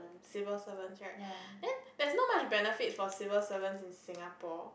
civil servants right then there's not much benefits for civil servants in Singapore